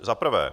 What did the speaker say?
Za prvé.